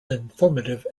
informative